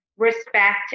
Respect